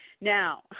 Now